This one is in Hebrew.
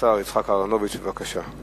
השר יצחק אהרונוביץ, בבקשה.